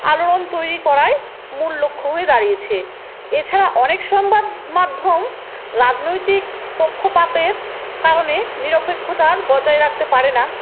আলোড়ন তৈরি করায় মূল লক্ষ্য হয়ে দাঁড়িয়েছে এছাড়া অনেক সংবাদ মাধ্যম রাজনৈতিক পক্ষপাতের কারণে নিরপেক্ষতা বজায় রাখতে পারে না